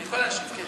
אני יכול להשיב, כן?